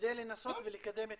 כדי לנסות ולקדם את